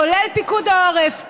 כולל פיקוד העורף,